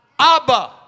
Abba